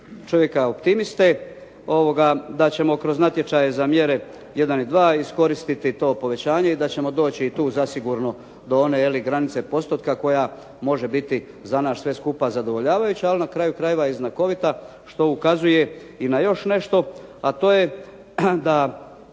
čovjeka optimiste, da ćemo kroz natječaje za mjere 1 i 2 iskoristiti to povećanje i da ćemo doći tu zasigurno do one granice postotka koja može biti za nas sve skupa zadovoljavajuća, ali na kraju krajeva i znakovita što ukazuje i na još nešto a to je da